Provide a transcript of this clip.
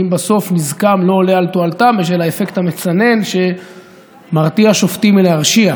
אם בסוף נזקם לא עולה על תועלתם בשל האפקט המצנן שמרתיע שופטים מלהרשיע,